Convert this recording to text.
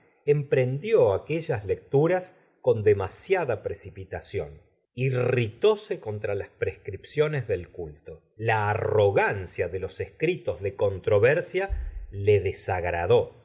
emprendió aquellos lectura s con de masiada precipitación irritóse contra las prescrip ciones del culto la arrogancia de los escritos de controversia le desagradó